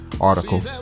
article